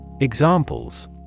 Examples